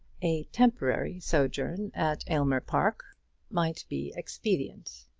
a temporary sojourn at aylmer park might be expedient.